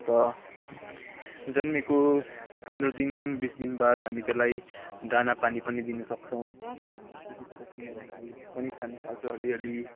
अन्त जन्मेको पन्ध्र दिन बिस दिन बाद हामी त्यसलाई दानापानी पनि दिनसक्छौँ त्यतिखेर चाहिँ मन घाँस पनि खानथाल्छ अलिअलि